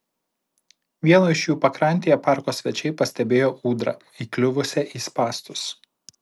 vieno iš jų pakrantėje parko svečiai pastebėjo ūdrą įkliuvusią į spąstus